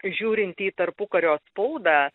žiūrint į tarpukario spaudą